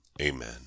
Amen